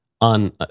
on—